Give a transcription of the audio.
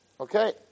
Okay